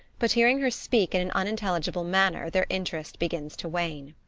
but hearing her speak in an unintelligible manner their interest begins to wane.